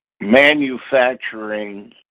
manufacturing